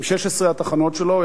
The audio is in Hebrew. עם 16 התחנות שלו,